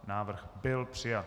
Návrh byl přijat.